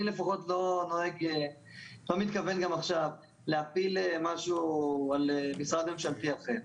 אני לפחות לא מתכוון גם עכשיו להפיל משהו על משרד ממשלתי אחר,